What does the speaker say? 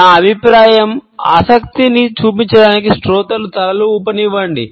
నా అభిప్రాయం ఆసక్తిని చూపించడానికి శ్రోతలు తలలను ఊపనివ్వండి